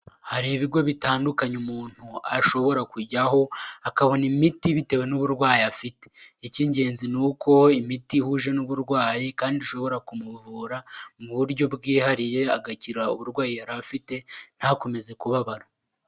Hari ibigo bitandukanye umuntu ashobora kujyaho, akabona imiti, bitewe n'uburwayi afite. Icy'ingenzi ni uko imiti ihuje n'uburwayi, kandi ishobora kumuvura mu buryo bwihariye, agakira uburwayi yari afite, ntakomeze kubabara.